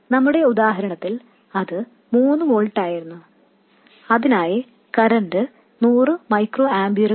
നമ്മുടെ ഉദാഹരണത്തിൽ അത് മൂന്ന് വോൾട്ടായിരുന്നു അതിനായി കറൻറ് 100 മൈക്രോ ആമ്പിയറുകളാണ്